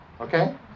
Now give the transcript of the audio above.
Okay